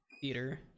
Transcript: Theater